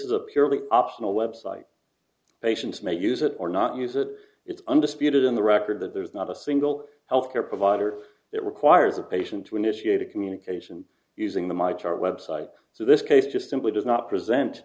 is a purely optional website patients may use it or not use it it's undisputed in the record that there's not a single health care provider that requires a patient to initiate a communication using the my chart website so this case just simply does not present